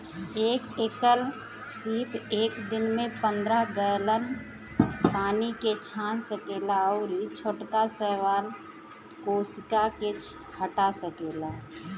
एक एकल सीप एक दिन में पंद्रह गैलन पानी के छान सकेला अउरी छोटका शैवाल कोशिका के हटा सकेला